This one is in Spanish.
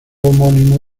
homónimo